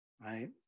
right